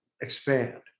expand